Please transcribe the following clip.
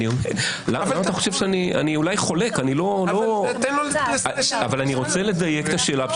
אני אולי חולק, אבל אני רוצה לדייק את השאלה.